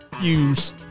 use